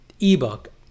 ebook